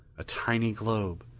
a tiny globe,